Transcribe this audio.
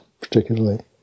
particularly